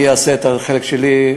אני אעשה את החלק שלי,